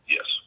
Yes